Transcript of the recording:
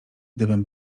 gdybym